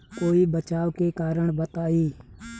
कोई बचाव के कारण बताई?